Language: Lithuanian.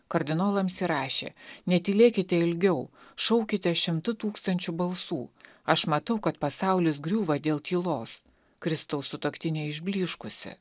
kardinolams ji rašė netylėkite ilgiau šaukite šimtu tūkstančių balsų aš matau kad pasaulis griūva dėl tylos kristaus sutuoktinė išblyškusi